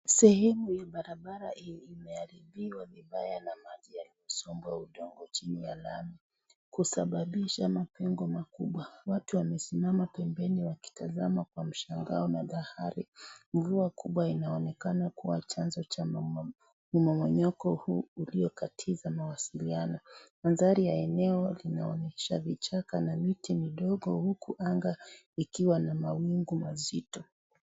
Sehemu ya barabara imeharibiwa vibaya na maji ya kusomba udongo chini ya lami kusababisha mapengo makubwa. Watu wamesimama pembeni wakitazama kwa msahngao na dhahari. Mvua kubwa inaonekana kuwa chanzo cha mmomonyoko huu uliokatiza mawasiliano. Mandhari ya eneo linaonyesha vichaka na miti midogo huku anga ikiwa na mawingi mazito.